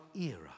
era